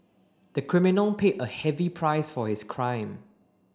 the criminal paid a heavy price for his crime